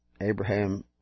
Abraham